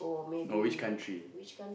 or which country